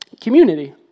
community